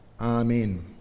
Amen